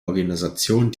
organisation